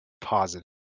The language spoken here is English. positive